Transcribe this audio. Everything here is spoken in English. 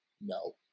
No